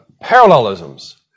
parallelisms